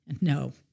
no